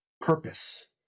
purpose